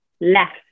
left